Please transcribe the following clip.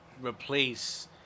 replace